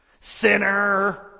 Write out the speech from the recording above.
Sinner